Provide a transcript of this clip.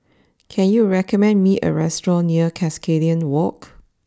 can you recommend me a restaurant near Cuscaden walk